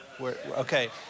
Okay